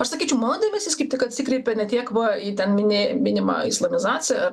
aš sakyčiau mano dėmesys kaip tik atsikreipia ne tiek va į ten minė minimą islamizaciją